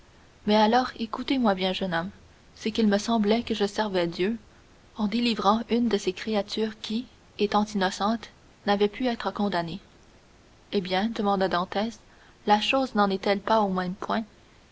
mais alors écoutez-moi bien jeune homme c'est qu'il me semblait que je servais dieu en délivrant une de ses créatures qui étant innocente n'avait pu être condamnée eh bien demanda dantès la chose n'en est-elle pas au même point